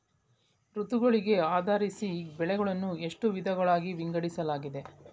ಋತುಗಳಿಗೆ ಆಧರಿಸಿ ಬೆಳೆಗಳನ್ನು ಎಷ್ಟು ವಿಧಗಳಾಗಿ ವಿಂಗಡಿಸಲಾಗಿದೆ?